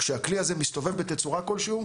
כשהכלי הזה מסתובב בתצורה כלשהי,